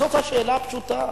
זאת שאלה פשוטה.